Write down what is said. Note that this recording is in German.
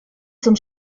zum